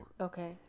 Okay